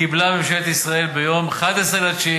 קיבלה ממשלת ישראל ביום 11 בספטמבר,